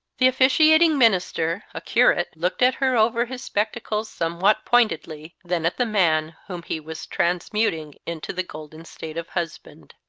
the officiating minister, a curate, looked at her over his spectacles somewhat pointedly, then at the man whom he was transmuting into the golden state of husband,